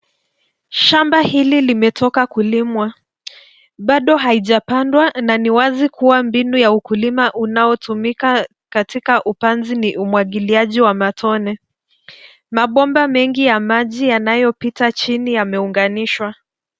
Shamba hili limetoka kulimwa. Bado haijapandwa na ni wazi kuwa mbinu ya ukulima unaotumika katika upanzi ni umwagiliaji wa matone. Mabomba mengi ya maji yanayopita chini yameunganishwa.